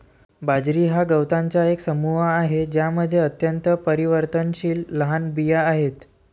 बाजरी हा गवतांचा एक समूह आहे ज्यामध्ये अत्यंत परिवर्तनशील लहान बिया आहेत